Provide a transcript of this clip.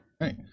right